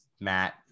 Matt